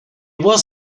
was